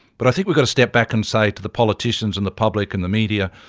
but i think we've got to step back and say to the politicians and the public and the media,